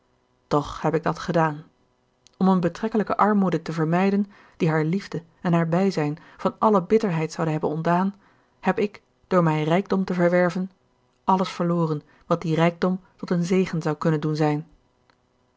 toch heb ik dat gedaan om eene betrekkelijke armoede te vermijden die haar liefde en haar bijzijn van alle bitterheid zouden hebben ontdaan heb ik door mij rijkdom te verwerven alles verloren wat dien rijkdom tot een zegen zou kunnen doen zijn